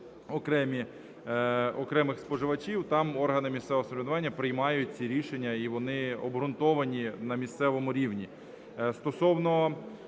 окремих споживачів, там органи місцевого самоврядування приймають ці рішення, і вони обґрунтовані на місцевому рівні. Стосовно